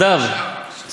מה קורה, סיימתם?